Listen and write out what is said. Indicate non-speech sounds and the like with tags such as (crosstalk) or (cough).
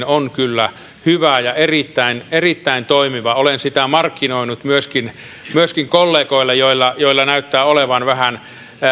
(unintelligible) on kyllä hyvä ja erittäin erittäin toimiva olen sitä markkinoinut myöskin myöskin kollegoille joilla joilla näyttää olevan vähän